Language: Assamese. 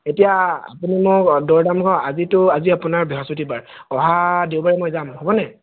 এতিয়া আপুনি মোক দৰ দাম কওক আজিতো আজি আপোনাৰ বৃহস্পতিবাৰ অহা দেওবাৰে মই যাম হ'ব নাই